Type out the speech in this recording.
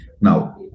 Now